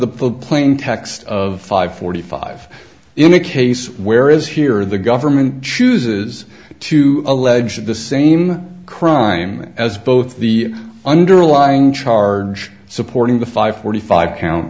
book plaintext of five forty five in the case where is here the government chooses to allege the same crime as both the underlying charge supporting the five forty five coun